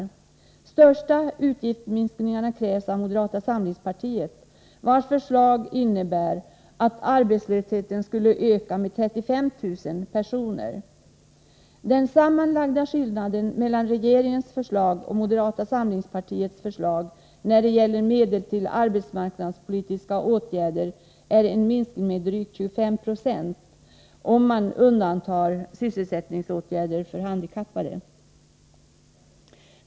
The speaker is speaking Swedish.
De största utgiftsminskningarna krävs av moderata samlingspartiet, vars förslag innebär att arbetslösheten skulle öka med ca 35 000 personer. Den sammanlagda skillnaden mellan regeringens förslag och moderata samlingspartiets förslag när det gäller medel till arbetsmarknadspolitiska åtgärder är en minskning med drygt 25 76 om man undantar sysselsättningsåtgärder för handikappade.